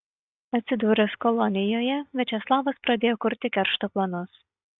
atsidūręs kolonijoje viačeslavas pradėjo kurti keršto planus